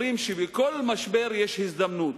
אומרים שבכל משבר יש הזדמנות,